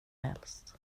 helst